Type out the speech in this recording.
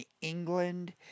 England